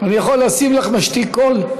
אני יכול לשים לך משתיק קול?